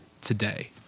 today